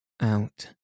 Out